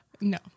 No